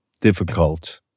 difficult